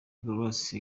grace